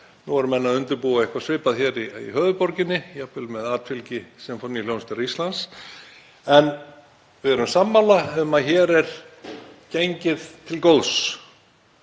Nú eru menn að undirbúa eitthvað svipað hér í höfuðborginni jafnvel með atfylgi Sinfóníuhljómsveitar Íslands. Við erum sammála um að hér er gengið til góðs.